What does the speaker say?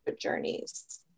journeys